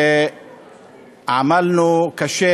עמלנו קשה